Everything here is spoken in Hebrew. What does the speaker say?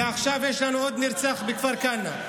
ועכשיו יש לנו עוד נרצח בכפר כנא.